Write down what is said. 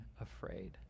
afraid